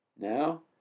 Now